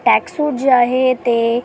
tax सूट जे आहे ते